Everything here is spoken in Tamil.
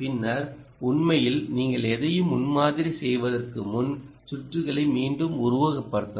பின்னர் உண்மையில் நீங்கள் எதையும் முன்மாதிரி செய்வதற்கு முன் சுற்றுகளை மீண்டும் உருவகப்படுத்தலாம்